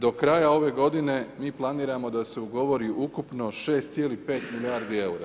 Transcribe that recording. Do kraja ove godine mi planiramo da se ugovori ukupno 6,5 milijardi eura.